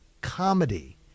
comedy